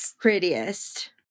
prettiest